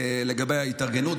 לגבי ההתארגנות,